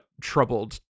troubled